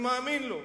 אני מאמין לו.